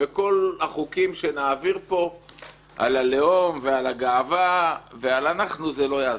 וכל החוקים שנעביר פה על הלאום ועל הגאווה ועל אנחנו זה לא יעזור.